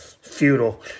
futile